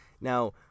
now